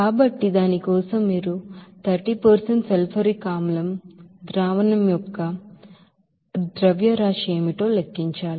కాబట్టి దాని కోసం మీరు ఆ 30 సల్ఫ్యూరిక్ ಆಸಿಡ್ ಸೊಲ್ಯೂಷನ್ యొక్క ಸೊಲ್ಯೂಷನ್ యొక్క ಮಾಸ್ ಫ್ಲೋ ರೇಟ್ద్రవ్యరాశి ఏమిటో లెక్కించాలి